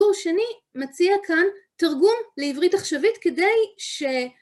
שני מציע כאן תרגום לעברית עכשווית כדי ש...